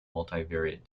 multivariate